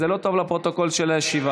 זה לא טוב לפרוטוקול של הישיבה.